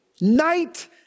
night